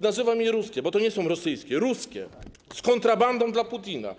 nazywam je ˝ruskie˝, bo to nie są rosyjskie, ruskie z kontrabandą Putina.